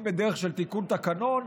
אם בדרך של תיקון תקנון,